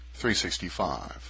365